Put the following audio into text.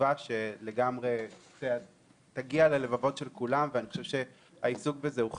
חשובה שתגיע ללבבות של כולם ואני חושב שהעיסוק בזה הוא חשוב.